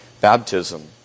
baptism